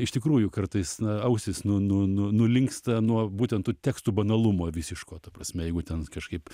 iš tikrųjų kartais na ausys nu nu nu nulinksta nuo būtent tų tekstų banalumo visiško ta prasme jeigu ten kažkaip